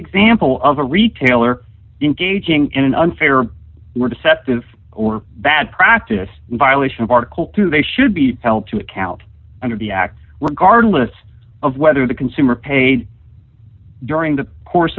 example of a retailer engaging in an unfair or deceptive or bad practice in violation of article two they should be held to account under the act regardless of whether the consumer paid during the course